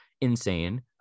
insane